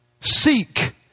Seek